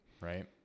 right